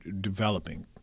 developing